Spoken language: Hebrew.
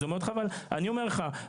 אני אומר לך,